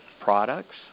products